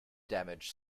damage